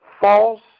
false